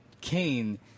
Kane